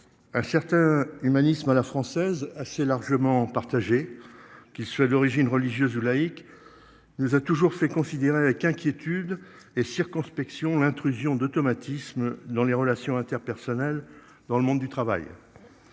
Un certain humanisme à la française assez largement partagé. Qu'il soit d'origine religieuse ou laïque. Il nous a toujours fait considérer avec inquiétude et circonspection l'intrusion d'automatismes dans les relations interpersonnelles dans le monde du travail.